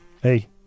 Hey